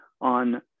on